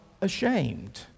ashamed